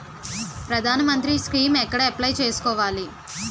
ప్రధాన మంత్రి స్కీమ్స్ ఎక్కడ అప్లయ్ చేసుకోవాలి?